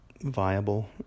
Viable